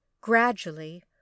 Gradually